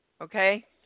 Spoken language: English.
Okay